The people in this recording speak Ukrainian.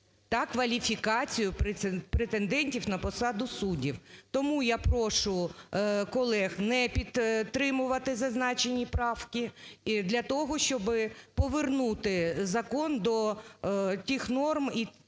та кваліфікацію претендентів на посади суддів. Тому я прошу колег не підтримувати зазначені правки для того, щоби повернути закон до тих норм і тих